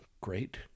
Great